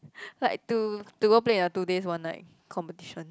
like to to go play in a two days one night competition